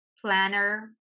planner